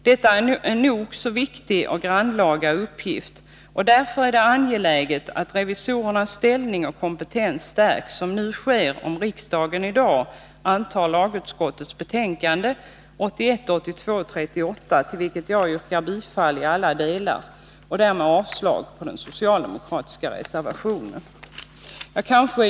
Detta är en nog så viktig och grannlaga uppgift, och därför är det angeläget att revisorernas ställning och kompetens stärks, som nu sker om riksdagen i dag antar lagutskottets hemställan i dess betänkande 1981/82:38, till vilken jag yrkar bifall i alla delar och därmed avslag på den socialdemokratiska reservationen.